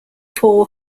paul